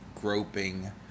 groping